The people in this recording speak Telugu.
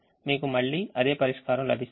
మీకు మళ్ళీ అదే పరిష్కారం లభిస్తుంది